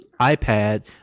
iPad